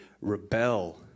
rebel